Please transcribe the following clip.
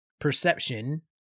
perception